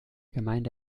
gemeinde